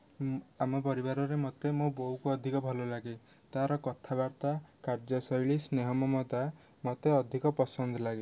ଆମ ପରିବାରରେ ମତେ ମୋ ବୋଉକୁ ଅଧିକ ଭଲ ଲାଗେ ତାର କଥାବାର୍ତ୍ତା କାର୍ଯ୍ୟ ଶୈଳୀ ସ୍ନେହ ମମତା ମୋତେ ଅଧିକ ପସନ୍ଦ ଲାଗେ